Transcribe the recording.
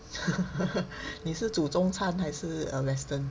你是煮中餐还是 err western